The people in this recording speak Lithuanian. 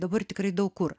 dabar tikrai daug kur